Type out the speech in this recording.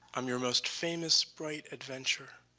i'm your most famous bright adventure.